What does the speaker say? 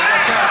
תודה.